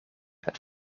het